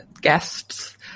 guests